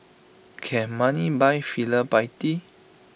can money buy filial piety